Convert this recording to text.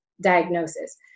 diagnosis